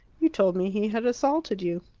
you told me he had assaulted you.